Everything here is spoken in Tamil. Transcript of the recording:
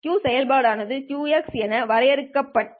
Q செயல்பாடு ஆனது Q என வரையறுக்கப்பட்டு